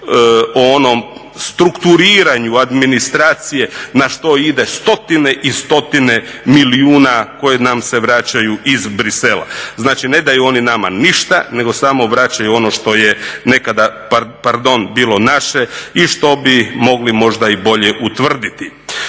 o onom strukturiranju administracije na što ide stotine i stotine milijuna koje nam se vraćaju iz Bruxellesa. Znači, ne daju oni nama ništa, nego samo vraćaju ono što je nekada, pardon bilo naše i što bi mogli možda i bolje utvrditi.